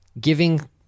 Giving